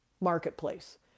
marketplace